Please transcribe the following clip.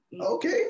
Okay